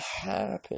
happen